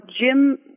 Jim